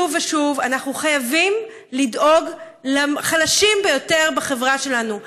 שוב ושוב: אנחנו חייבים לדאוג לחלשים ביותר בחברה שלנו.